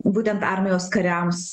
būtent armijos kariams